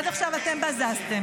עד עכשיו אתם בזזתם.